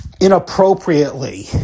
Inappropriately